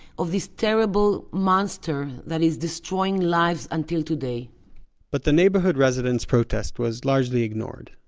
of this terrible monster that is destroying lives until today but the neighborhood residents' protest was largely ignored,